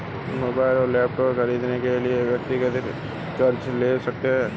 mobile और laptop खरीदने के लिए व्यक्तिगत कर्ज ले सकते है